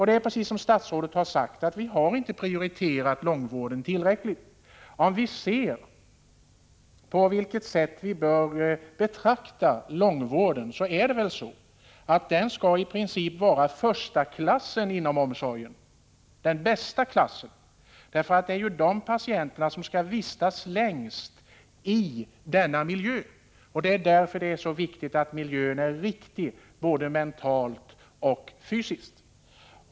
Det är precis som statsrådet har sagt: Vi har inte prioriterat långvården tillräckligt. Om vi tänker på hur vi bör betrakta långvården, är det väl så att den i princip skall utgöra första klassen, den bästa klassen, inom omsorgen. Patienterna inom långvården är ju de som vistas längst i vårdmiljön. Det är därför det är så viktigt att miljön är riktig, både den mentala och den psykiska.